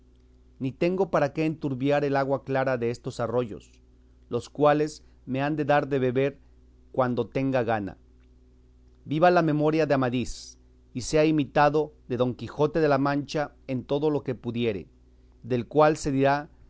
ni tengo para qué enturbiar el agua clara destos arroyos los cuales me han de dar de beber cuando tenga gana viva la memoria de amadís y sea imitado de don quijote de la mancha en todo lo que pudiere del cual se dirá